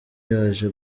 yaje